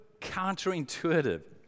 counterintuitive